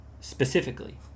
Specifically